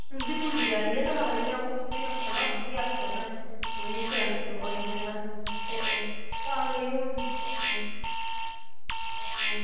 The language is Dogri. उं'दी पूरी त्यारी ऐ तां करियै ते अं'ऊ तुसेंगी आक्खना मिगी आक्खेआ उ'नें उ'नेंगी सनाई ते तां करियै हून